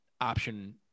option